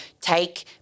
take